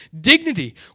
Dignity